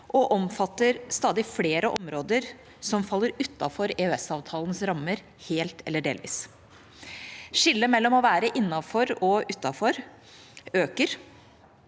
og omfatter stadig flere områder som faller utenfor EØS-avtalens rammer, helt eller delvis. Skillet mellom å være innenfor og utenfor øker.